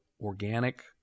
organic